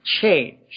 change